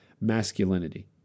masculinity